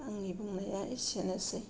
आंनि बुंनाया एसेयानोसै